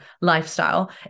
lifestyle